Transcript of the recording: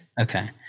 Okay